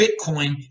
Bitcoin